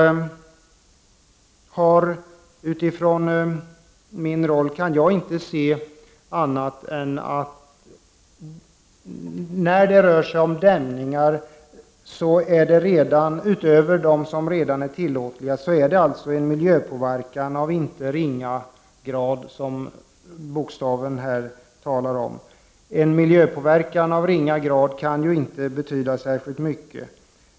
Utifrån min roll kan jag inte se annat än att när det rör sig om dämningar utöver dem som redan är tillåtliga, är det alltså en miljöpåverkan av inte ringa grad, som lagens bokstav talar om. En miljöpåverkan av ringa grad kan ju inte betyda särskilt mycket.